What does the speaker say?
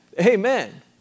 Amen